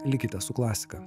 likite su klasika